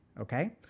okay